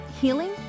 Healing